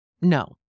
No